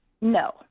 No